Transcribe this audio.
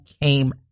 came